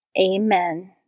Amen